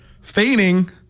feigning